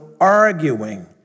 arguing